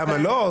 למה לא?